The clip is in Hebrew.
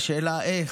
השאלה היא איך.